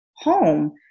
home